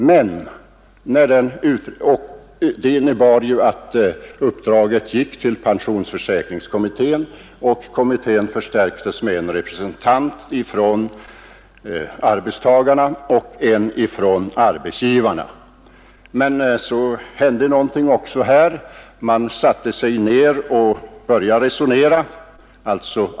Uppdraget att göra den utredningen gick till pensionsförsäkringskommittén, som förstärktes med en representant från arbetstagarna och en från arbetsgivarna. Men så hände det någonting också här. Arbetsmarknadens parter satte sig ned och började resonera.